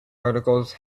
articles